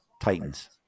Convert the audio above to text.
Titans